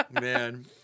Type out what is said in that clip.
man